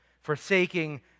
forsaking